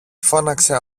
φώναξε